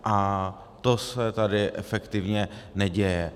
A to se tady efektivně neděje.